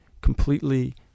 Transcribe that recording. completely